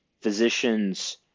physicians